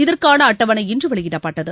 இதற்கான அட்டவணை இன்று வெளியிடப்பட்டது